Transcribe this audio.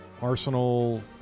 Arsenal